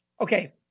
okay